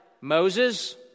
Moses